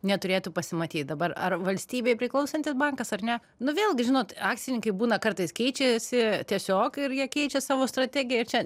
neturėtų pasimatyt dabar ar valstybei priklausantis bankas ar ne nu vėlgi žinot akcininkai būna kartais keičiasi tiesiog ir jie keičia savo strategiją čia